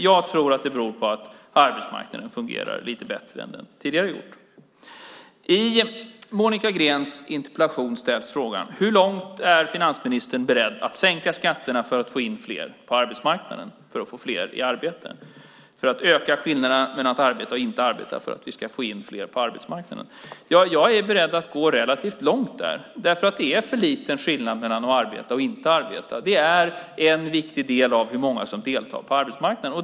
Jag tror att det beror på att arbetsmarknaden fungerar lite bättre än den gjort tidigare. I Monica Greens interpellation ställs frågan: Hur långt är finansministern beredd att gå när det gäller att sänka skatterna för att få fler i arbete, för att öka skillnaden mellan att arbeta och att inte arbeta, för att vi ska få in fler på arbetsmarknaden? Jag är beredd att gå relativt långt där. Det är nämligen för liten skillnad mellan att arbeta och att inte arbeta. Det är en viktig del när det gäller hur många som deltar på arbetsmarknaden.